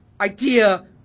idea